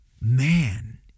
man